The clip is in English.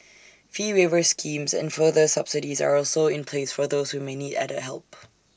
fee waiver schemes and further subsidies are also in place for those who may need added help